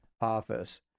office